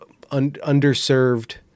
underserved